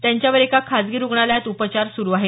त्यांच्यावर एका खासगी रुग्णालयात उपचार सुरू आहेत